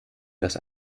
das